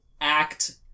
act